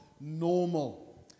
normal